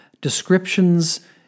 descriptions